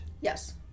yes